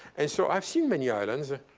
and so i've seen many islands,